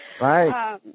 Right